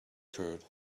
curd